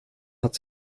hat